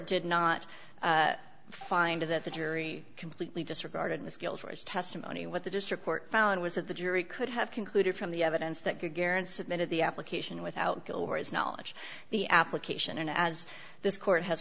did not find that the jury completely disregarded was killed for his testimony what the district court found was that the jury could have concluded from the evidence that could guarantee submitted the application without doors knowledge the application and as this court has